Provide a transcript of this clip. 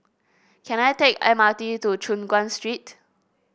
can I take the M R T to Choon Guan Street